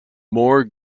more